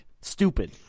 Stupid